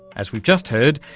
as we've just heard,